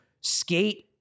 skate